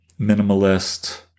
minimalist